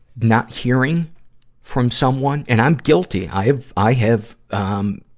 not hearing from someone and i'm guilty. i have, i have, um,